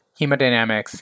hemodynamics